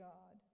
God